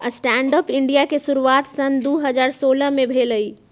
stand up India के शुरुआत सन दू हज़ार सोलह में भेलइ